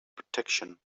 protection